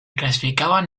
clasificaban